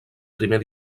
primer